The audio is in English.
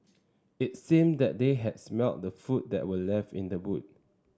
it seemed that they had smelt the food that were left in the boot